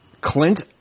Clint